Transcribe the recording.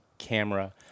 camera